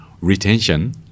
retention